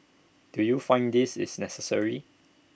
do you find this is necessary